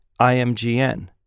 IMGN